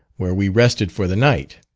where we rested for the night.